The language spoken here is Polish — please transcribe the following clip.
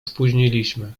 spóźniliśmy